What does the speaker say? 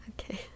okay